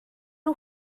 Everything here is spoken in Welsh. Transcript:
nhw